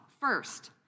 first